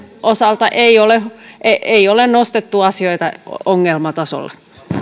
osalta eduskunnassa ei ole nostettu asioita ongelmatasolle